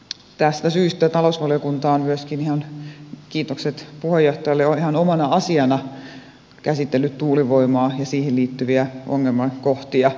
tästä syystä talousvaliokunta myöskin kiitokset puheenjohtajalle on ihan omana asiana käsitellyt tuulivoimaa ja siihen liittyviä ongelmakohtia